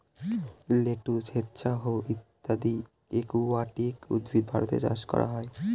lettuce, hyacinth ইত্যাদি aquatic উদ্ভিদ ভারতে চাষ করা হয়